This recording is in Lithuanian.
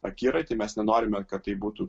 akiratį mes nenorime kad tai būtų